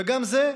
וגם זה,